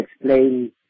explain